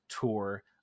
tour